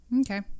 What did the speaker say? okay